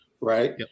Right